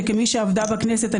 וכמי שעבדה בכנסת,